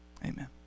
Amen